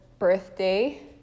birthday